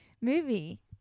movie